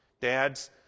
Dads